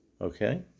Okay